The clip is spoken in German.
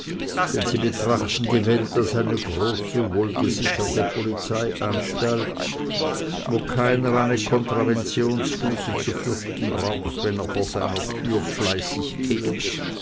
denn sie betrachten die welt als eine große wohlgesicherte polizeianstalt wo keiner eine kontraventionsbuße zu fürchten braucht wenn er vor seiner türe fleißig kehrt